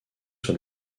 sur